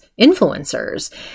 influencers